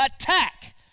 attack